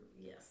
Yes